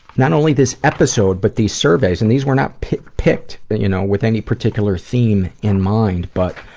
not only this episode but these surveys and these were not picked picked but you know with any particular theme in mind but